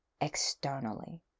externally